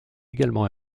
également